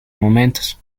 momentos